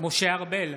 משה ארבל,